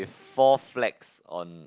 four flags on